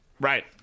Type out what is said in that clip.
Right